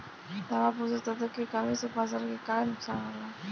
तांबा पोषक तत्व के कमी से फसल के का नुकसान होला?